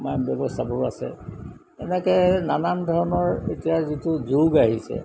ব্যৱস্থা আছে এনেকৈ নানান ধৰণৰ এতিয়া যিটো যোগ আহিছে